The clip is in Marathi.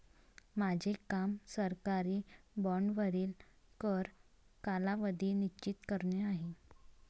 माझे काम सरकारी बाँडवरील कर कालावधी निश्चित करणे आहे